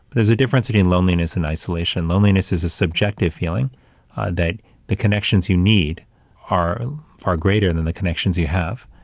there's a difference between loneliness and isolation. loneliness is a subjective feeling that the connections you need are far greater than the connections you have.